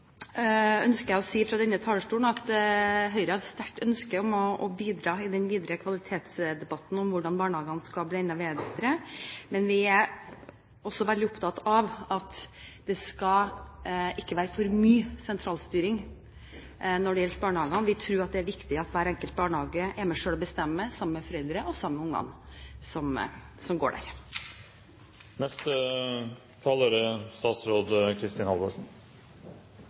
ønsker jeg å si fra denne talerstolen at Høyre har et sterkt ønske om å bidra i den videre kvalitetsdebatten om hvordan barnehagene skal bli enda bedre. Men vi er også veldig opptatt av at det ikke skal være for mye sentralstyring når det gjelder barnehagene. Vi tror at det er viktig at hver enkelt barnehage selv er med på å bestemme, sammen med foreldrene til de barna som går der. Det er en stor styrke at det er